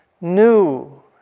new